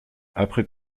après